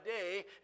day